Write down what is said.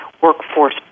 workforce